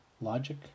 logic